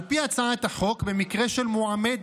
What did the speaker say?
על פי הצעת החוק, במקרה של מועמדת